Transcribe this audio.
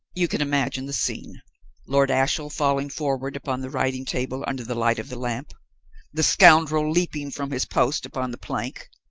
you can imagine the scene lord ashiel falling forward upon the writing-table under the light of the lamp the scoundrel leaping from his post upon the plank,